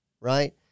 right